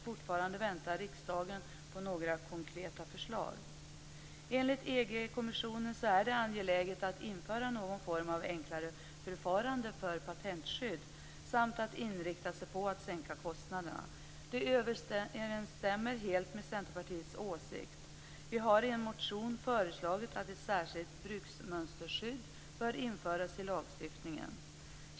Fortfarande väntar riksdagen på konkreta förslag. Enligt EG-kommissionen är det angeläget att införa någon form av enklare förfarande för patentskydd samt att inrikta sig på att sänka kostnaderna. Det överensstämmer helt med Centerpartiets åsikt. Vi har i en motion föreslagit att ett särskilt bruksmönsterskydd bör införas i lagstiftningen.